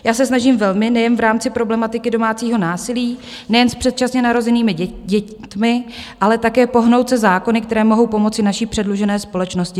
Já se snažím velmi nejen v rámci problematiky domácího násilí, nejen s předčasně narozenými dětmi, ale také pohnout se zákony, které mohou pomoci naší předlužené společnosti.